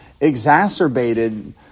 exacerbated